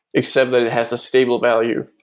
except that it has a stable value.